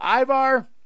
Ivar